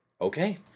Okay